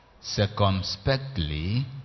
circumspectly